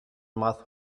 mouth